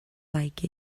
like